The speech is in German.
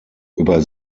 über